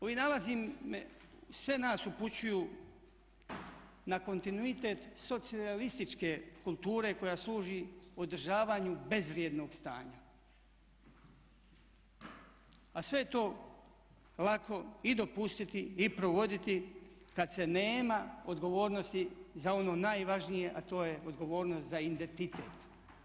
Ovi nalazi me, sve nas upućuju na kontinuitet socijalističke kulture koja služi održavanju bezvrijednog stanja, a sve je to lako i dopustiti i provoditi kad se nema odgovornosti za ono najvažnije, a to je odgovornost za identitet.